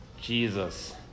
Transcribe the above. Jesus